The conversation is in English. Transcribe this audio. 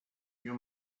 you